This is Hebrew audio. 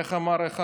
איך אמר אחד?